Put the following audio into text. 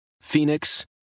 Phoenix